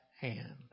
hand